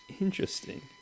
interesting